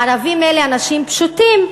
הערבים אלה אנשים פשוטים.